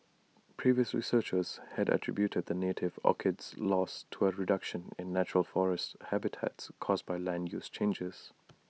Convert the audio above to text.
previous researchers had attributed the native orchid's loss to A reduction in natural forest habitats caused by land use changes